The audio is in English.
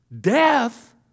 Death